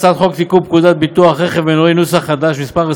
הצעת החוק תיקון פקודת ביטוח רכב מנועי (מס' 22),